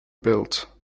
built